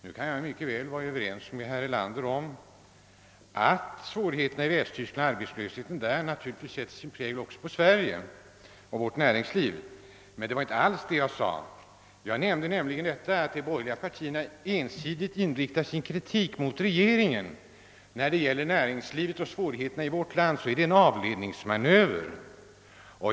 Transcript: Jag kan mycket väl vara överens med herr Erlander om att svårigheterna i Västtyskland och arbetslösheten där naturligtvis sätter sin prägel också på Sverige och dess näringsliv. Men det var inte alls det jag sade. Jag framhöll, att när de borgerliga partierna ensidigt riktar sin kritik mot regeringen när det gäller svårigheterna för vårt lands näringsliv, så är detta en avledningsmanöver.